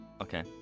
okay